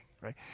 right